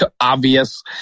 obvious